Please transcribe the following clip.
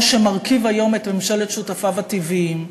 שמרכיב היום את ממשלת שותפיו הטבעיים.